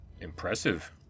Impressive